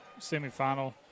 semifinal